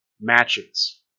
matches